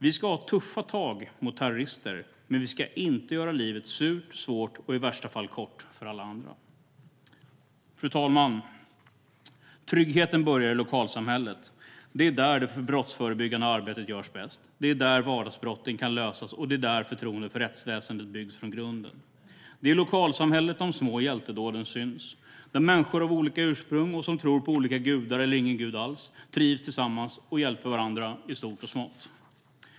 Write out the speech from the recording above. Vi ska ha tuffa tag mot terrorister. Men vi ska inte göra livet surt, svårt och i värsta fall kort för alla andra. Tryggheten börjar i lokalsamhället. Det är där det brottsförebyggande arbetet görs bäst, det är där vardagsbrotten kan lösas och det är där förtroende för rättsväsendet byggs från grunden. Det är i lokalsamhället de små hjältedåden syns. Där trivs människor av olika ursprung, som tror på olika gudar eller ingen alls, och hjälper varandra i smått och i stort.